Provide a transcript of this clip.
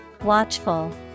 Watchful